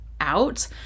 out